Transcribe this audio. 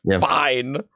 Fine